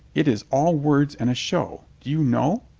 it is all words and a show. do you know?